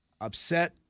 upset